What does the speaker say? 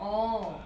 oh